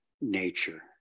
nature